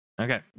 Okay